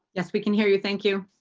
yes. we can hear you. thank you.